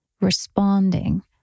responding